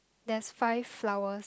there's five flower